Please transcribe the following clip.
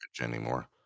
anymore